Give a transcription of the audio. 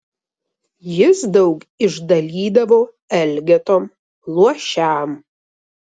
jis daug išdalydavo elgetom luošiam